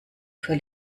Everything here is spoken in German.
für